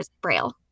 Braille